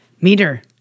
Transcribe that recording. Meter